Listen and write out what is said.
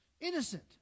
innocent